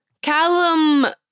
Callum